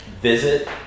visit